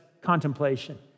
contemplation